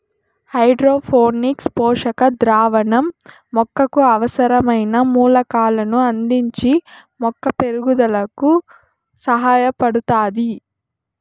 hydroponics పోషక ద్రావణం మొక్కకు అవసరమైన మూలకాలను అందించి మొక్క పెరుగుదలకు సహాయపడుతాది